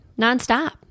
nonstop